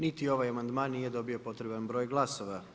Niti ovaj amandman nije dobio potreban broj glasova.